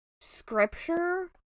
Scripture